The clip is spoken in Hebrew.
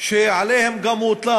שעליהם גם הוטלה